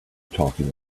talking